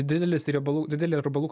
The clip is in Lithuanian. didelis riebalų didelė riebalų